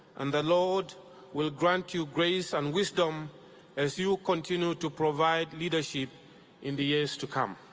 and the lord will grant you grace and wisdom as you continue to provide leadership in the years to come.